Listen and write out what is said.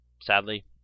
sadly